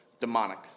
demonic